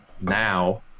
now